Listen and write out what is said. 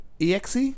EXE